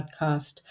podcast